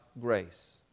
grace